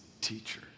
teacher